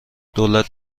دولت